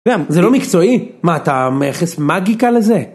זה לא מקצועי? מה אתה מייחס מאגיקה לזה?